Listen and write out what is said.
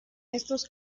estos